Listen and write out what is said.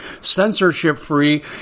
censorship-free